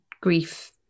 grief